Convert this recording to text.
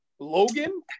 logan